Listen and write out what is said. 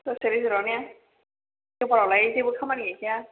दसे रेजर्तआव ने देवबारावलाय जेबो खामानि गैखाया